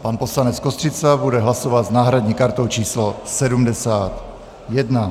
Pan poslanec Kostřica bude hlasovat s náhradní kartou číslo 71.